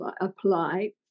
apply